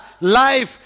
life